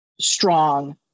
strong